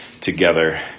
together